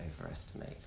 overestimate